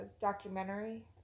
documentary